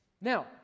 Now